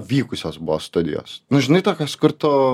vykusios buvo studijos nu žinai tokios kur tu